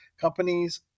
companies